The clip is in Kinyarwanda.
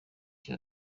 cye